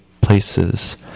places